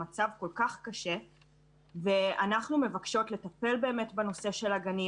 אנחנו מבקשות לטפל בנושא של הגנים.